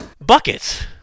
buckets